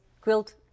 grilled